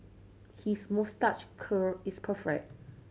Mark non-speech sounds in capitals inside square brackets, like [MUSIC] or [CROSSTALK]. his moustache curl is [UNINTELLIGIBLE]